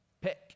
Pick